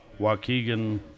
Waukegan